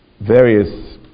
various